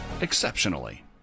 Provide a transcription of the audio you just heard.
exceptionally